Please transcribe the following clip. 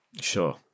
Sure